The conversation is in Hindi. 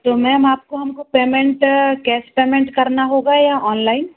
तो मैम आप को हम को पेमेंट कैश पेमेंट करना होगा या ऑनलाइन